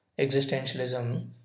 existentialism